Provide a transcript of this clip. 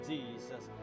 Jesus